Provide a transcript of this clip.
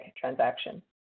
transaction